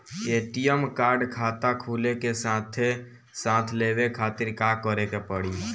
ATM card खाता खुले के साथे साथ लेवे खातिर का करे के पड़ी?